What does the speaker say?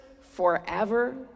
forever